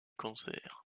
concerts